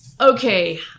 Okay